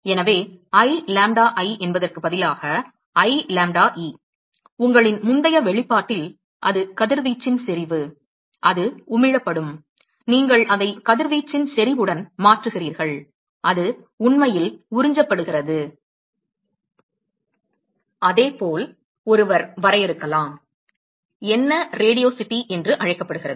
எனவே I lambda i என்பதற்குப் பதிலாக I lambda e உங்களின் முந்தைய வெளிப்பாட்டில் அது கதிர்வீச்சின் செறிவு அது உமிழப்படும் நீங்கள் அதை கதிர்வீச்சின் செறிவுடன் மாற்றுகிறீர்கள் அது உண்மையில் உறிஞ்சப்படுகிறது அதே போல் ஒருவர் வரையறுக்கலாம் என்ன ரேடியோசிட்டி என்று அழைக்கப்படுகிறது